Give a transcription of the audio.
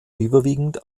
überwiegend